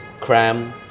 cram